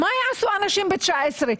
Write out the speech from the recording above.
מה יעשו אנשים ב-19 לחודש?